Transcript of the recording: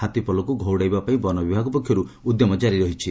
ହାତୀପଲକୁ ଘଉଡ଼ାଇବା ପାଇଁ ବନ ବିଭାଗ ପକ୍ଷର୍ ଉଦ୍ୟମ କାରି ରହିଛି